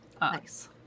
Nice